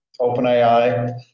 OpenAI